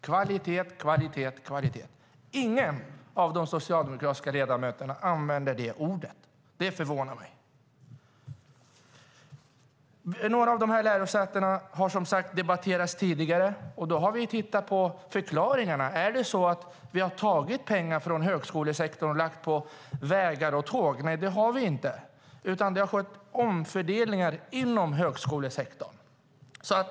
Kvalitet, kvalitet, kvalitet - ingen av de socialdemokratiska ledamöterna använde det ordet. Det förvånar mig. Några av de här lärosätena har som sagt debatterats tidigare. Då har vi tittat på förklaringarna. Är det så att vi har tagit pengar från högskolesektorn och lagt på vägar och tåg? Nej, det har vi inte, utan det har skett omfördelningar inom högskolesektorn.